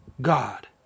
God